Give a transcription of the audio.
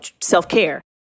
self-care